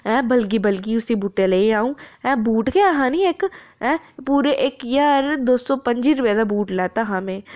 ऐं बलगी बलगी उसी बूटै लेई अ'ऊं ऐं बूट गै है हा नीं इक ऐं पूरे इक ज्हार दौ सौ पंजी रपें दा बूट लैता हा में